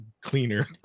cleaner